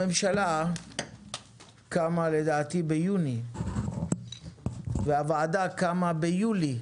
לדעתי הממשלה קמה ביוני והוועדה קמה ביולי.